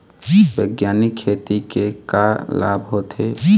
बैग्यानिक खेती के का लाभ होथे?